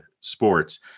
sports